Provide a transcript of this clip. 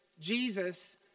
Jesus